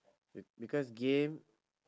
be~ because game